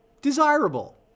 desirable